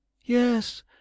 yes